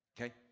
Okay